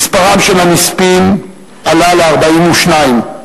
מספרם של הנספים עלה ל-42,